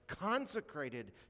consecrated